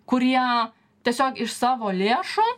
kurie tiesiog iš savo lėšų